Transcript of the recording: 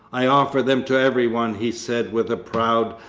i offer them to everyone! he said with proud,